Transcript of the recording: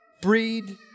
breed